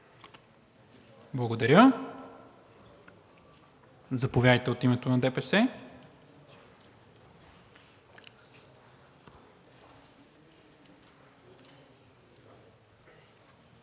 Благодаря Ви. Заповядайте от името на „БСП